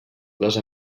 les